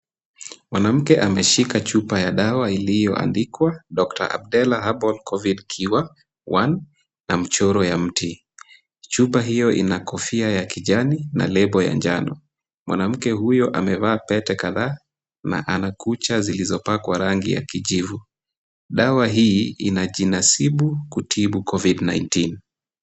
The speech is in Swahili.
Mwanamke ameshika chupa ya dawa iliyoandikwa, Doctor Abdalla Herbal COVID Cure one , na mchoro wa mti. Chupa hio inakofia ya kijani na lebo ya njano. Mwanamke huyo amevaa pete kadhaa na anakucha zilizopakwa rangi ya kijivu. Dawa hii inajinasibu kutibu COVID-19.